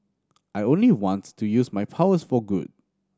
I only want to use my powers for good